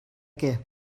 què